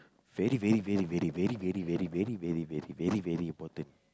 very very very very very very very very very very very very very important